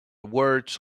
words